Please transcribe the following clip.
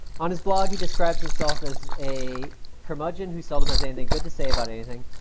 on his blog he describes himself as a curmudgeon who seldom has anything good to say about anything,